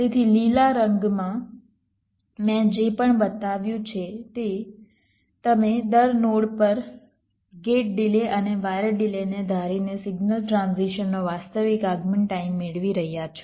તેથી લીલા રંગમાં મેં જે પણ બતાવ્યું છે તે તમે દર નોડ પર ગેટ ડિલે અને વાયર ડિલેને ધારીને સિગ્નલ ટ્રાન્ઝિશનનો વાસ્તવિક આગમન ટાઈમ મેળવી રહ્યા છો